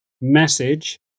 message